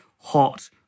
hot